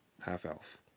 Half-elf